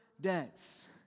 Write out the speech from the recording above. debts